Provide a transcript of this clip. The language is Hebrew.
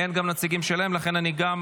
אין גם נציגים שלהם, לכן אני מסיר